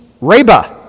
Reba